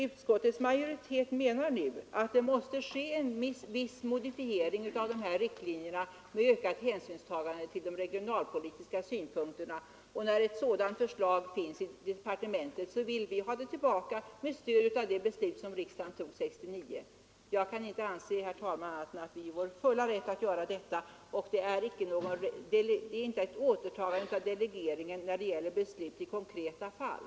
Utskottets majoritet menar nu att det måste ske en viss modifiering av dessa riktlinjer med ökat hänsynstagande till de regionalpolitiska synpunkterna. När ett sådant förslag har utarbetats i departementet, vill vi ha det tillbaka med stöd av det beslut som riksdagen fattade 1969 angående handläggningsordningen. Jag kan inte anse, herr talman, annat än att vi är i vår fulla rätt att göra detta, och det gäller här inte ett återtagande av delegeringen beträffande beslut i konkreta fall.